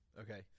Okay